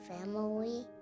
family